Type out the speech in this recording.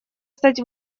стать